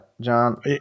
John